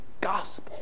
gospel